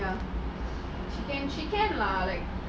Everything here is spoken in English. basically lipstick eyeliner